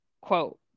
quote